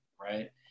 right